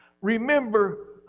Remember